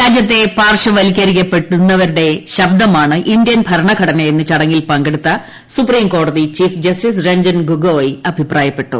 രാജ്യത്തെ പാർശ്വവൽക്കരിക്കപ്പെട്ടവരുടെ ശബ്ദമാണ് ഇന്ത്യൻ ഭരണഘടനയെന്ന് ചടങ്ങിൽ പങ്കുടുത്ത സുപ്രീംകോടതി ചീഫ് ജസ്റ്റീസ് രഞ്ജൻ ഗോഗോയ് അഭിപ്പായപ്പെട്ടു